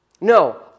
no